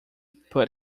put